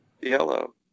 Yellow